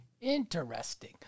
Interesting